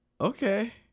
Okay